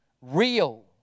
real